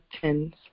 tens